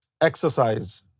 exercise